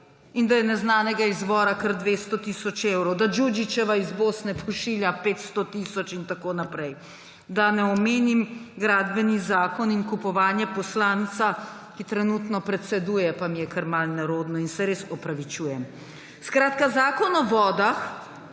in da je neznanega izvora kar 200 tisoč evrov, da Đuđićeva iz Bosne pošilja 500 tisoč in tako naprej. Da ne omenim Gradbenega zakona in kupovanje poslanca, ki trenutno predseduje, pa mi je kar malo nerodno in se res opravičujem. Skratka, Zakon o vodah,